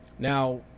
Now